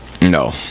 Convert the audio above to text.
No